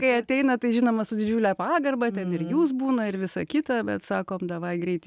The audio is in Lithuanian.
kai ateina tai žinoma su didžiule pagarba ten ir jūs būna ir visa kita bet sakom davai greit